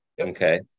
okay